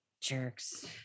Jerks